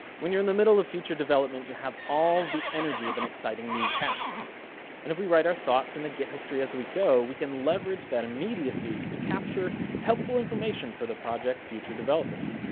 when you're in the middle of a feature development you have all the energy of an exciting new task and if we write our thoughts in the git history as we go we can leverage that immediacy and capture helpful information for the projects future developers.